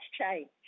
change